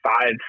five